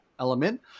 element